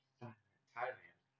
Thailand